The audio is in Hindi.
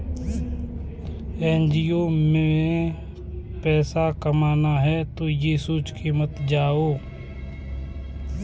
एन.जी.ओ में तुम पैसा कमाना है, ये सोचकर मत जाना